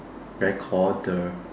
recorder